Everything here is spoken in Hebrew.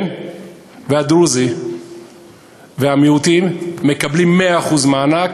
הדרוזי והמיעוטים מקבלים 100% מענק,